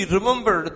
Remember